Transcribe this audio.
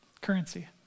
currency